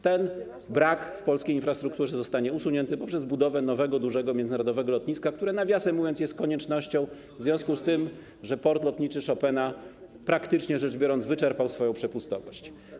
Ten brak w polskiej infrastrukturze zostanie usunięty poprzez budowę nowego, dużego, międzynarodowego lotniska, które nawiasem mówiąc, jest koniecznością w związku z tym, że port lotniczy Chopina, praktycznie rzecz biorąc, wyczerpał swoją przepustowość.